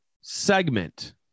segment